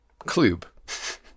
klub